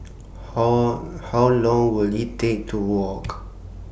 How How Long Will IT Take to Walk